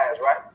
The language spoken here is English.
right